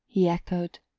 he echoed,